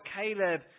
Caleb